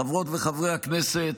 חברות וחברי הכנסת,